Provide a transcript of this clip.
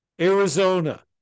Arizona